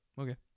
okay